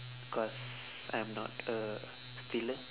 cause I'm not a stealer